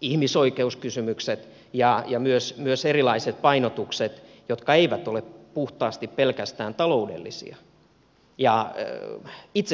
ihmisoikeuskysymykset ja myös erilaiset painotukset jotka eivät ole puhtaasti pelkästään taloudellisia ja itse kannatan sitä